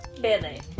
Billy